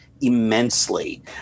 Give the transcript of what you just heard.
immensely